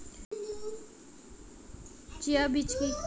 Chia বীজ কী?